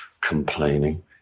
complaining